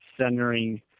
centering